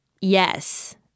Yes